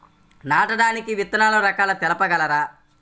నాటడానికి విత్తన రకాలు తెలుపగలరు?